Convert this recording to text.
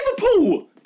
Liverpool